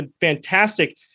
fantastic